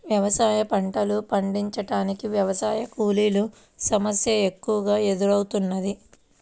వ్యవసాయ పంటలు పండించటానికి వ్యవసాయ కూలీల సమస్య ఎక్కువగా ఎదురౌతున్నది